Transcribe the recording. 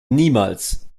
niemals